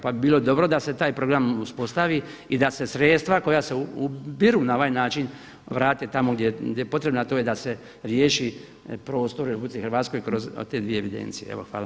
Pa bi bilo dobro da se taj program uspostavi i da se sredstva koja se ubiru na ovaj način vrate tamo gdje je potrebno, a to je da se riješi prostor u RH kroz te dvije evidencije.